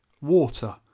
water